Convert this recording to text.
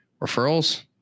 referrals